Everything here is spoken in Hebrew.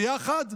ביחד?